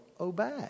obey